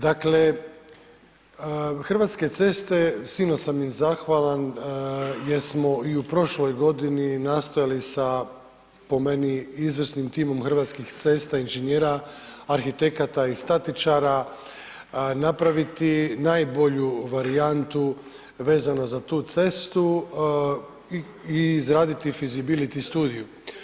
Dakle, Hrvatske ceste, silno sam im zahvalan je smo i u prošloj godini nastojali sa po meni, izvrsnim timom Hrvatskih cesta inženjera, arhitekata i statičara, napraviti najbolju varijantu vezano za tu cestu i izraditi feasibility studiju.